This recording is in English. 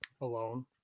alone